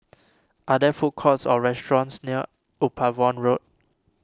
are there food courts or restaurants near Upavon Road